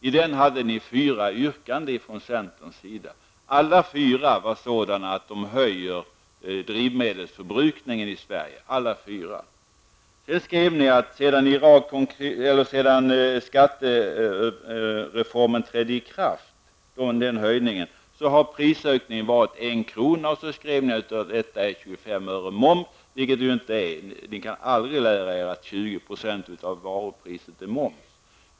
I den hade ni fyra yrkanden. Alla fyra skulle leda till en förhöjning av drivmedelsförbrukningen i Sverige. Ni skrev att sedan skattereformen trädde i kraft har prisökningen varit 1 kr. och att 25 öre av detta är moms. Men så är ju inte fallet. Ni kan aldrig lära er att 20 % av varupriset utgörs av moms.